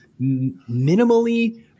minimally